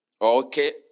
Okay